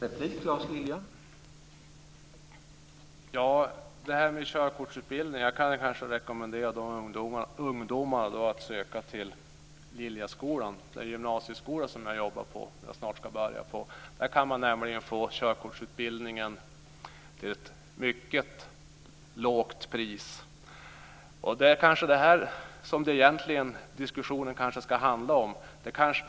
Herr talman! När det gäller körkortsutbildning kan jag kanske rekommendera ungdomar att söka till Liljaskolan, den gymnasieskola där jag snart ska börja arbeta. Där kan man nämligen få körkortsutbildningen till ett mycket lågt pris.